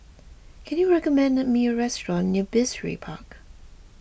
can you recommend me a restaurant near Brizay Park